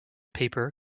paper